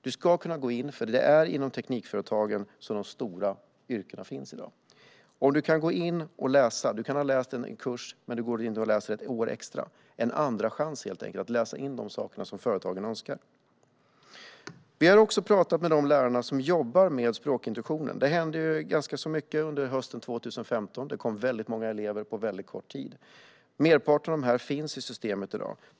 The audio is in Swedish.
Det är nämligen inom teknikföretagen de stora yrkena finns i dag. Du kan ha läst en kurs, men du går in och läser ett år extra. Det är helt enkelt en andra chans att läsa in de saker företagen önskar. Vi har också pratat med de lärare som jobbar med språkintroduktionen. Det hände ganska mycket under hösten 2015, och det kom väldigt många elever på kort tid. Merparten av dem finns i systemet i dag.